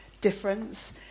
difference